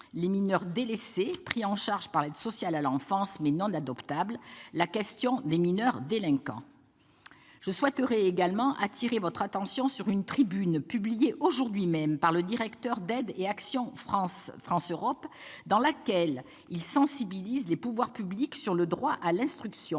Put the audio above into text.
les « mineurs délaissés » pris en charge par l'aide sociale à l'enfance, mais non adoptables, ainsi que la question des mineurs délinquants. Je souhaiterais également appeler votre attention sur une tribune publiée aujourd'hui par le directeur de l'association Aide et Action France-Europe, dans laquelle il sensibilise les pouvoirs publics sur le droit à l'instruction.